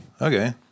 Okay